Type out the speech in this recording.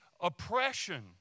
oppression